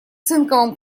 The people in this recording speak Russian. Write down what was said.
цинковом